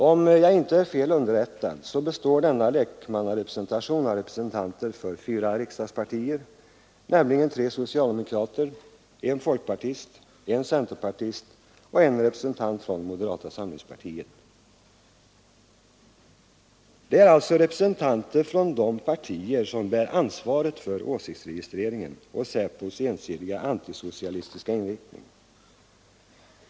Om jag inte är fel underrättad består denna lekmannarepresentation av representanter för fyra riksdagspartier, nämligen tre socialdemokrater, en folkpartist, en centerpartist och en för moderata samlingspartiet. Det är alltså representanter från de partierna som bär ansvaret för åsiktsregistreringen och SÄPO:s ensidiga antisocialistiska inriktning.